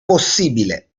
possibile